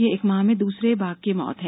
यह एक माह में दूसरे बाघ की मौत है